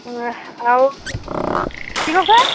আৰু কি কৈছে